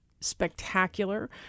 spectacular